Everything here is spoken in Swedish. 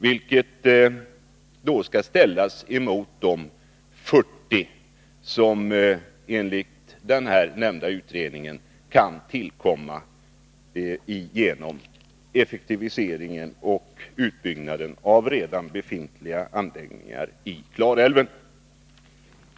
Det skall ställas emot de 40 som enligt den nämnda utredningen kan tillkomma genom effektiviseringen och utbyggnaden av redan befintliga anläggningar i Klarälven.